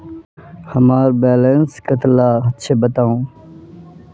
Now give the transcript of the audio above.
हमार बैलेंस कतला छेबताउ?